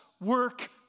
work